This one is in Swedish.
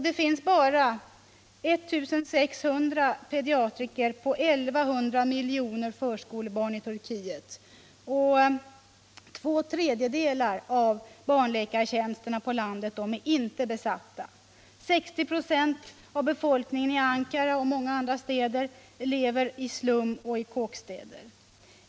Det finns bara 1 600 pediatriker på 11 miljoner förskolebarn i Turkiet, och två tredjedelar av barnläkartjänsterna på landet är inte besatta. 60 96 av befolkningen i Ankara och många andra städer lever i slum och i kåkstäder.